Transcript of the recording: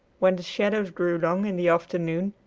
when the shadows grew long in the afternoon,